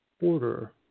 order